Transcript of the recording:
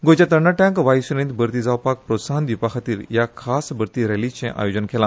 गोंयच्या तरणाटयांक वायूसेनेत भरती जावपाक प्रोत्साहन दिवपाखातीर हया खास भरती रॅलीचे आयोजन केला